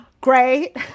Great